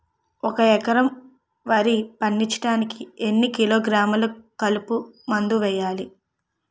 ఒక ఎకర వరి పండించటానికి ఎన్ని కిలోగ్రాములు కలుపు మందు వేయాలి?